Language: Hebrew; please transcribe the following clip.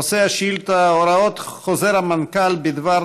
נושא השאילתה: הוראות חוזר המנכ"ל בדבר